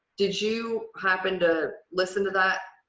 did you happen to listen to that?